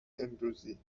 امروزی